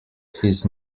his